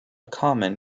common